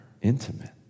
intimate